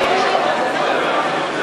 אדוני היושב-ראש,